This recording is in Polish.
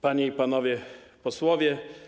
Panie i Panowie Posłowie!